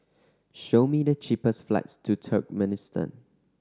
show me the cheapest flights to Turkmenistan